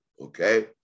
Okay